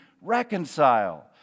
reconcile